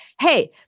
hey